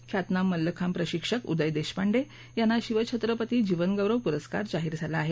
ख्यातनाम मल्लखांब प्रशिक्षक उदय देशपांडे यांना शिव छत्रपती जीवनगौरव पुरस्कारजाहीर झाला आहे